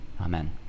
Amen